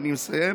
אני מסיים,